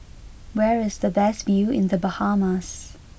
where is the best view in the Bahamas